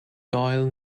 doyle